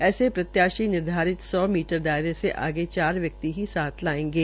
ऐसे प्रत्याशी निर्धारित सौ मीटर दायरे से आगे व्यक्ति ही साथ लायेंगे